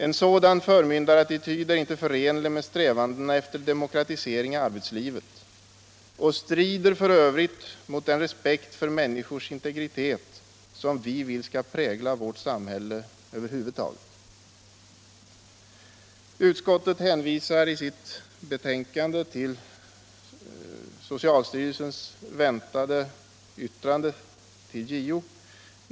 En sådan förmyndarattityd är inte förenlig med strävandena efter demokratisering i arbetslivet och strider f. ö. mot den respekt för människors integritet som vi vill skall prägla vårt samhälle över huvud taget. Utskottet hänvisar i sitt betänkande till socialstyrelsens väntade yttrande till JO.